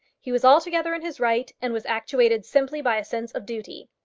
he was altogether in his right, and was actuated simply by a sense of duty.